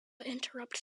interrupts